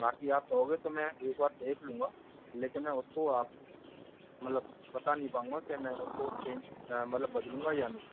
बाकी आप कहोगे तो मैं एक बार देख लूंगा लेकिन मैं उसको आप मतलब बता नहीं पाऊंगा के मैं आपको चेंज मतलब बदलूंगा या नहीं